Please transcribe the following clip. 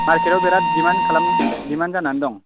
मारकेटयाव बिराद डिमान्ट खालाम डिमान्ट जानानै दं